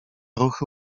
ruchy